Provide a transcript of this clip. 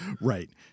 Right